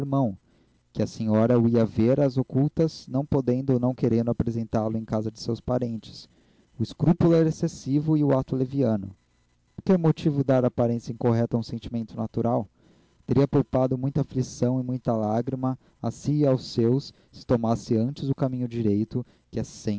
irmão que a senhora o ia ver a ocultas não podendo ou não querendo apresentá-lo em casa de seus parentes o escrúpulo era excessivo e o ato leviano por que motivo dar aparência incorreta a um sentimento natural teria poupado muita aflição e muita lágrima a si e aos seus se tomasse antes o caminho direito que é